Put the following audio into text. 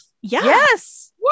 Yes